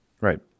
Right